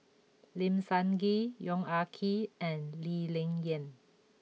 Lim Sun Gee Yong Ah Kee and Lee Ling Yen